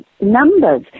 numbers